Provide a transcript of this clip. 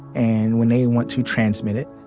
and when they want to transmit it,